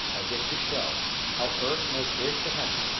as if to show how earth may pierce to heaven,